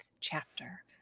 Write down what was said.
chapter